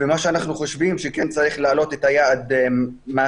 מה שאנחנו חושבים הוא שכן צריך להעלות את היעד מהתחלה,